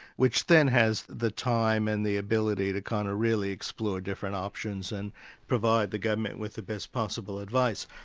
which then has the time and the ability to kind of really explore different options and provide the government with the best possible advice.